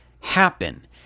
happen